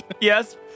Yes